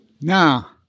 Now